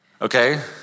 Okay